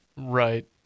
Right